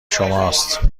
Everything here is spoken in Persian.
شماست